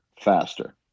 Faster